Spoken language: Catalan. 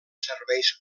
serveis